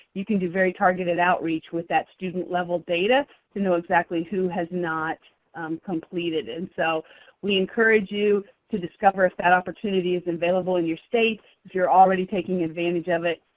you can do very targeted outreach with that student-level data to know exactly who has not completed. and so we encourage you to discover if that opportunity is available in your state. if you're already taking advantage of it,